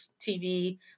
TV